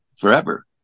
forever